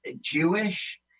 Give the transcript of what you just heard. Jewish